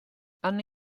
hanno